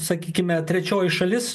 sakykime trečioji šalis